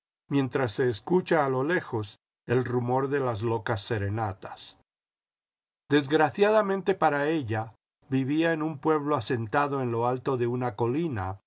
mientras se escucha a lo lejos el rumor de las locas serenatas desgraciadamente para ella vivía en un pueblo asentado en lo alto de una colina